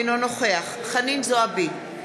אינו נוכח חנין זועבי,